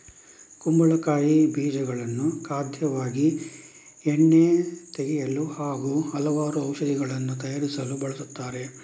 ಕುಂಬಳಕಾಯಿ ಬೀಜಗಳನ್ನು ಖಾದ್ಯಕ್ಕಾಗಿ, ಎಣ್ಣೆ ತೆಗೆಯಲು ಹಾಗೂ ಹಲವಾರು ಔಷಧಿಗಳನ್ನು ತಯಾರಿಸಲು ಬಳಸುತ್ತಾರೆ